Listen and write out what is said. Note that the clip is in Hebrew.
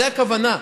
זאת הכוונה,